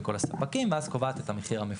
בכל הספקים ואז קובעת את המחיר המפוקח.